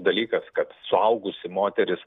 dalykas kad suaugusi moteris